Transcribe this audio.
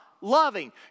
loving